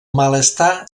malestar